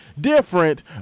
different